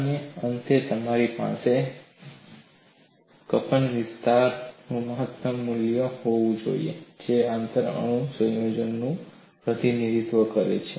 અને અંતે તમારી પાસે કંપનવિસ્તાર મહત્તમ મૂલ્ય હોવું જોઈએ જે આંતર અણુ સંયોજક બળનું પ્રતિનિધિત્વ કરે છે